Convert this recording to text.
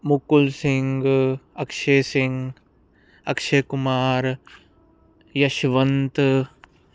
Mukul Singh Akshay Singh Akshay Kumar Yashwant